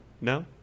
No